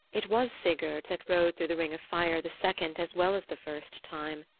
it was sigurd that rode through the ring of fire the second as well as the first time.